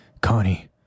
Connie